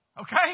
Okay